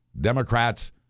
Democrats